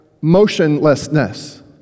motionlessness